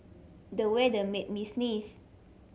the weather made me sneeze